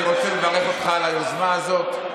אני רוצה לברך אותך על היוזמה הזאת,